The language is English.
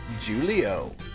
Julio